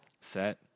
Set